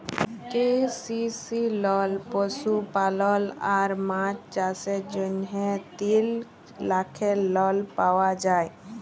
KCC লল পশুপালল আর মাছ চাষের জ্যনহে তিল লাখের লল পাউয়া যায়